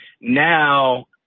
Now